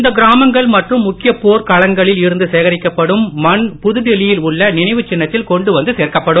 இந்த கிராமங்கள் மற்றும் முக்கியப் போர்க் களங்களில் இருந்து சேகரிக்கப்படும் மண் புதுடில்லியில் உள்ள நினைவு சின்னத்தில் கொண்டு வந்து சேர்க்கப்படும்